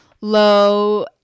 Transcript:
low